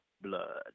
blood